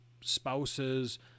spouses